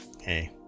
hey